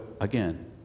again